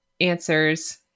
answers